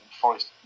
Forest